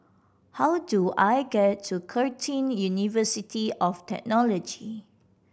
how do I get to Curtin University of Technology